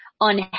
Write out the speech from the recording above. on